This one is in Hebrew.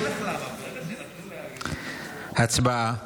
הצבעה.